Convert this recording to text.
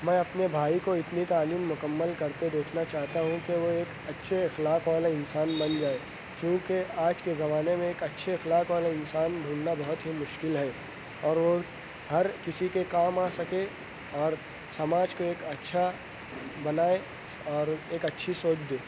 میں اپنے بھائی کو اتنی تعلیم مکمل کرتے دیکھنا چاہتا ہوں کہ وہ ایک اچھے اخلاق والا انسان بن جائے کیونکہ آج کے زمانے میں ایک اچھے اخلاق والا انسان ڈھونڈنا بہت ہی مشکل ہے اور وہ ہر کسی کے کام آ سکے اور سماج کو ایک اچھا بنائے اور ایک اچھی سوچ دے